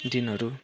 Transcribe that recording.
दिनहरू